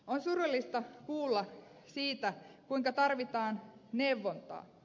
on surullista kuulla siitä kuinka tarvitaan neuvontaa